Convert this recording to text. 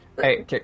Hey